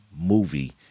movie